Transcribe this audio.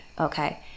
okay